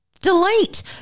Delete